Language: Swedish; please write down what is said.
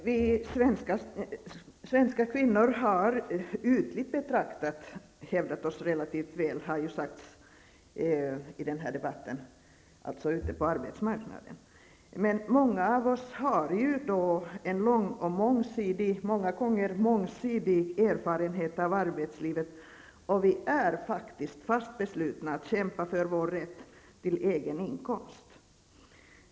Herr talman! Vi svenska kvinnor har, har det sagts i den här debatten, ytligt betraktat hävdat oss relativt väl ute på arbetsmarknaden. Men många av oss har en lång och ofta mångsidig erfarenhet av arbetslivet, och vi är faktiskt fast beslutna att kämpa för vår rätt till egen inkomst.